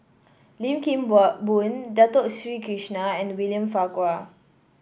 Lim Kim Boon Dato Sri Krishna and William Farquhar